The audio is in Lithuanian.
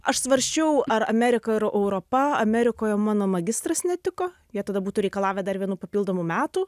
aš svarsčiau ar amerika ar europa amerikoje mano magistras netiko jie tada būtų reikalavę dar vienų papildomų metų